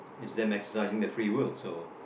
it's them exercising their free will so